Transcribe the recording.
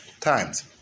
times